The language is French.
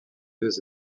deux